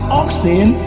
oxen